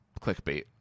clickbait